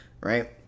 right